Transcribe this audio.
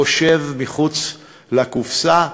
חושב מחוץ לקופסה,